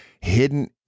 hidden